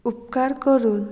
उपकार करून